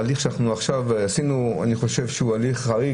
ההליך שאנחנו עכשיו עשינו אני חושב שהוא הליך חריג,